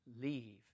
leave